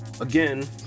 again